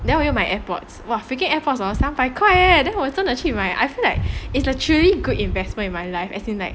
then 我又买 airpods !wah! freaking airpods 三百块 then 我真的去买 I feel like it's a truly good investment in my life as in like